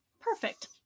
Perfect